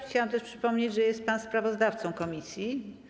Chciałabym też przypomnieć, że jest pan sprawozdawcą komisji.